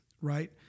right